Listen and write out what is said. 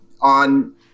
on